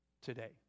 today